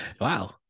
Wow